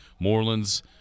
Morelands